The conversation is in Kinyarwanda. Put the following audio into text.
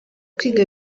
kwiga